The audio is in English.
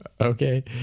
Okay